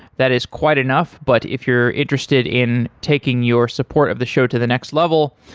that is quite enough, but if you're interested in taking your support of the show to the next level,